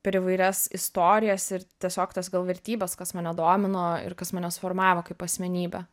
per įvairias istorijas ir tiesiog tas gal vertybes kas mane domino ir kas mane suformavo kaip asmenybę